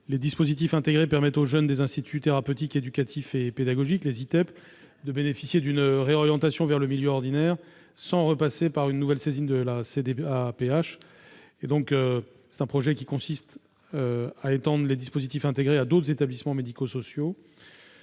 Les dispositifs intégrés permettent aux jeunes des instituts thérapeutiques, éducatifs et pédagogiques, les ITEP, de bénéficier d'une réorientation vers le milieu ordinaire, sans passer par une nouvelle saisine de la CDAPH. L'amendement vise à étendre les dispositifs intégrés à d'autres établissements médico-sociaux.